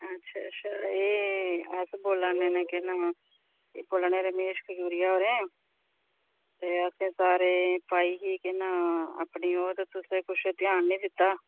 अच्छा अच्छा एह् अस बोला ने न केह् नांऽ एह् बोला ने केह् रमेश खजूरिया होरें ते एह् असें सारी पाई ही केह् नांऽ अपनी ओह् ते तुसें किश ध्यान निं दित्ता